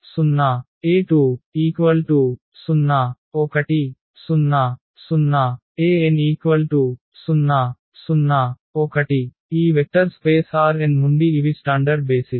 0en001 ఈ vector space Rn నుండి ఇవి స్టాండర్డ్ బేసిస్